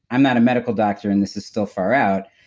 i'm not a medical doctor and this is still far out,